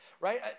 right